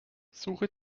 suche